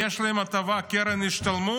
ואם יש להם הטבה, קרן השתלמות,